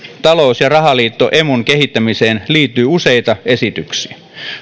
talous ja rahaliitto emun kehittämiseen liittyy useita esityksiä